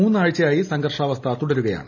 മൂന്നാഴ്ചയായി സംഘർഷാവസ്ഥ തുടരുകയാണ്